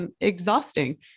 exhausting